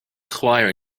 chwaer